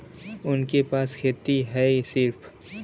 उनके पास खेती हैं सिर्फ